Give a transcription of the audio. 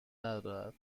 ندارد